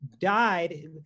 Died